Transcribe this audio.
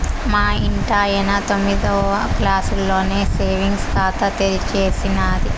మా ఇంటాయన తొమ్మిదో క్లాసులోనే సేవింగ్స్ ఖాతా తెరిచేసినాది